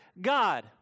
God